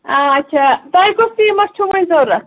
آچھا تۄہہِ کُس سیٖمَٹھ چھُو وۄنۍ ضوٚرَتھ